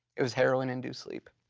it was heroin-induced sleep.